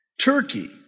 Turkey